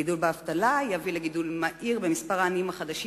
גידול באבטלה יביא לגידול מהיר במספר העניים החדשים